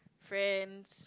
friends